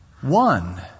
one